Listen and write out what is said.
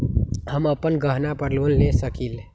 हम अपन गहना पर लोन ले सकील?